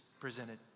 presented